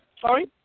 Sorry